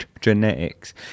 genetics